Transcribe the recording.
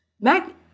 Mac